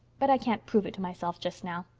but i can't prove it to myself just now.